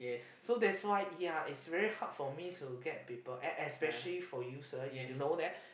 so that's why ya it's very hard for me to get people es~ especially for you sir if you know that